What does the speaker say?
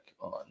on